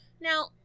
Now